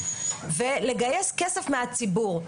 ולגייס כסף מהציבור.